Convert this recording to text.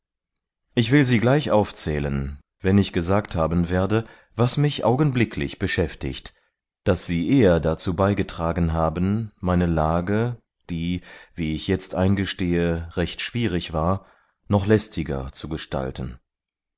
ich will sie gleich aufzählen wenn ich gesagt haben werde was mich augenblicklich beschäftigt daß sie eher dazu beigetragen haben meine lage die wie ich jetzt eingestehe recht schwierig war noch lästiger zu gestalten